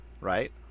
Right